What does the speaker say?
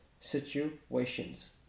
situations